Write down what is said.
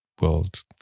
world